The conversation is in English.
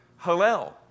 Hallel